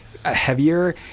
heavier